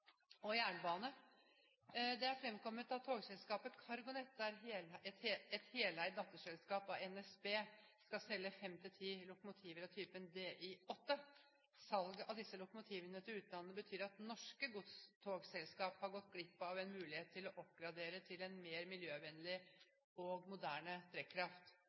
og Horten, men vi går nå til tog og jernbane: «Det er fremkommet at togselskapet CargoNet, et heleiet datterselskap av NSB, skal selge 5–10 lokomotiver av typen Di 8. Salget av disse lokomotivene til utlandet betyr at norske godstogselskap har gått glipp av en mulighet til å oppgradere til en mer miljøvennlig og moderne